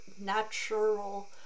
natural